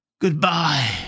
Goodbye